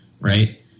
Right